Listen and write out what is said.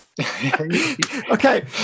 Okay